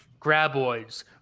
graboids